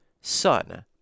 son